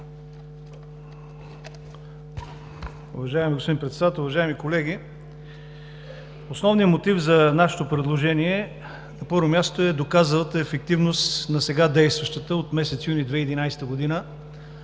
Уважаеми господин Председател, уважаеми колеги! Основният мотив за нашето предложение е: на първо място, доказаната ефективност на сега действащата от месец юни 2011 г.